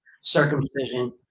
circumcision